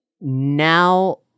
now